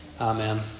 Amen